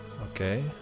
Okay